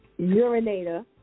urinator